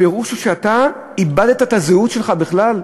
הפירוש, שאיבדת את הזהות שלך בכלל,